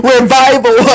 Revival